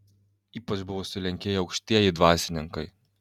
ypač buvo sulenkėję aukštieji dvasininkai